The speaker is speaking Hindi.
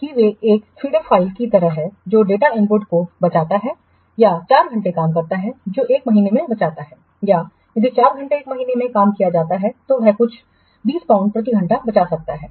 कि वे एक फीडर फाइल की तरह हैं जो डेटा इनपुट को बचाता है या 4 घंटे काम करता है जो एक महीने में बचाता है या यदि 4 घंटे एक महीने में काम किया जाता है तो यह कुछ 20 पाउंड प्रति घंटे बचा सकता है